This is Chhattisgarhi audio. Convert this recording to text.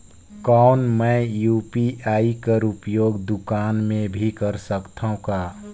कौन मै यू.पी.आई कर उपयोग दुकान मे भी कर सकथव का?